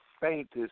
faintest